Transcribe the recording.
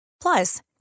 Plus